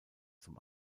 zum